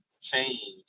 change